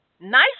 nice